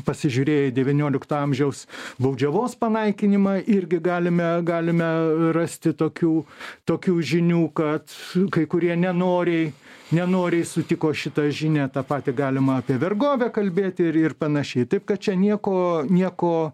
pasižiūrėję į devyniolikto amžiaus baudžiavos panaikinimą irgi galime galime rasti tokių tokių žinių kad kai kurie nenoriai nenoriai sutiko šitą žinią tą patį galima apie vergovę kalbėti ir ir panašiai taip kad čia nieko nieko